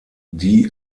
die